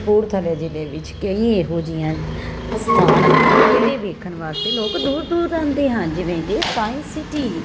ਕਪੂਰਥਲੇ ਜ਼ਿਲ੍ਹੇ ਵਿੱਚ ਕਈ ਇਹੋ ਜਿਹੀਆਂ ਵੇਖਣ ਵਾਸਤੇ ਲੋਕ ਦੂਰ ਦੂਰ ਆਉਂਦੇ ਹਨ ਜਿਵੇਂ ਕਿ ਸਾਇੰਸ ਸੀਟੀ